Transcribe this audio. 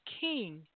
king